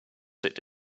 sit